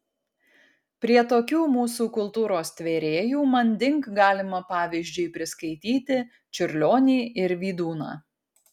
prie tokių mūsų kultūros tvėrėjų manding galima pavyzdžiui priskaityti čiurlionį ir vydūną